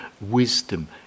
wisdom